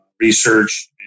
research